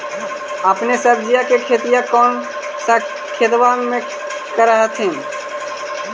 अपने सब्जिया के खेतिया कौन सा खेतबा मे कर हखिन?